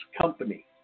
Company